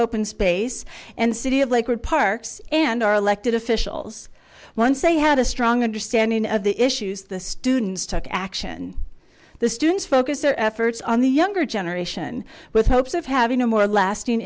open space and city of lakewood parks and our elected officials once they had a strong understanding of the issues the students took action the students focus their efforts on the younger generation with hopes of having a more lasting